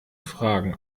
fragen